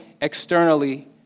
externally